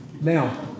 now